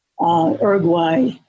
Uruguay